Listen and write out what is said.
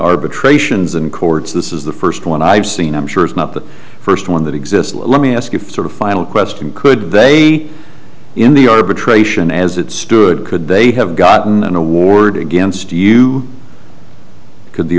arbitrations and courts this is the first one i've seen i'm sure it's not the first one that exists let me ask you for a final question could they be in the arbitration as it stood could they have gotten an award against you could the